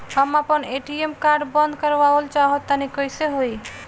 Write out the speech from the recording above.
हम आपन ATM card बंद करावल चाह तनि कइसे होई?